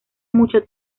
mucho